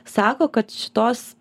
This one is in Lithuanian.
sako kad šitos